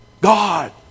God